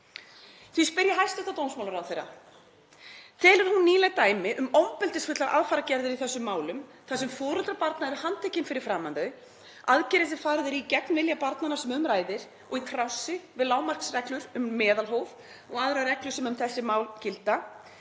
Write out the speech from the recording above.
Því spyr ég hæstv. dómsmálaráðherra: Telur hún nýleg dæmi um ofbeldisfullar aðfarargerðir í þessum málum, þar sem foreldrar barna eru handtekin fyrir framan þau, aðgerðir sem farið er í gegn vilja barnanna sem um ræðir og í trássi við lágmarksreglur um meðalhóf og aðrar reglur sem um þessi mál gilda,